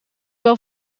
wel